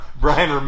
Brian